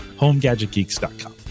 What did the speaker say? HomeGadgetGeeks.com